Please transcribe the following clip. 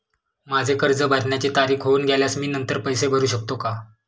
माझे कर्ज भरण्याची तारीख होऊन गेल्यास मी नंतर पैसे भरू शकतो का?